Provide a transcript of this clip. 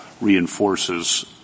reinforces